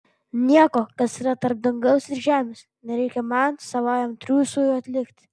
nieko kas yra tarp dangaus ir žemės nereikia man savajam triūsui atlikti